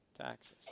taxes